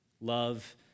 Love